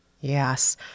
Yes